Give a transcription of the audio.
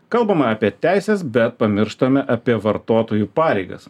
kalbama apie teises bet pamirštame apie vartotojų pareigas